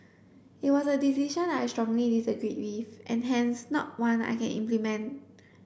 it was a decision I strongly disagreed with and hence not one I can implement